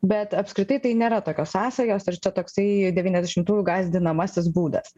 bet apskritai tai nėra tokios sąsajos ir čia toksai devyniasdešimųjų gąsdinamasis būdas